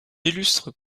illustre